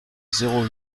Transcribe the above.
zéro